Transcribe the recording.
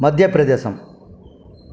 மத்திய பிரதேசம்